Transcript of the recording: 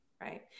Right